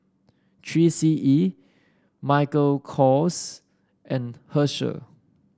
Three C E Michael Kors and Herschel